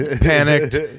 panicked